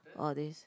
all this